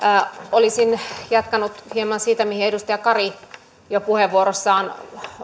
olisin jatkanut hieman siitä mitä edustaja kari jo puheenvuorossaan